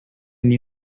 new